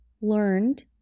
learned